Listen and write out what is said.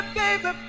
baby